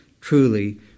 truly